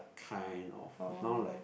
kind of now like